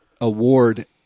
award